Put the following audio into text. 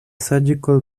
surgical